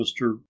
mr